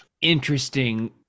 interesting